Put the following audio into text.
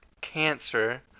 cancer